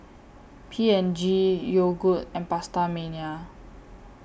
P and G Yogood and PastaMania